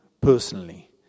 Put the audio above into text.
personally